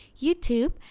YouTube